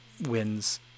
wins